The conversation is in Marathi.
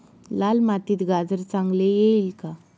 लाल मातीत गाजर चांगले येईल का?